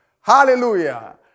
Hallelujah